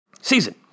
Season